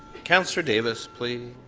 councillor davis, please.